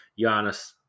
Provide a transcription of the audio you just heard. Giannis